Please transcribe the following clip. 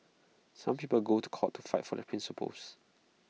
some people go to court to fight for their principles